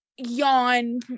yawn